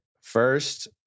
First